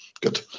Good